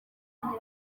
ingagi